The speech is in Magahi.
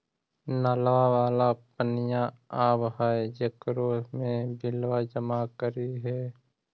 नलवा वाला पनिया आव है जेकरो मे बिलवा जमा करहिऐ?